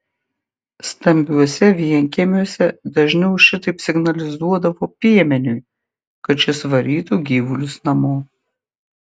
stambiuose vienkiemiuose dažniau šitaip signalizuodavo piemeniui kad šis varytų gyvulius namo